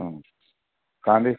कांदे